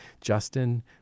Justin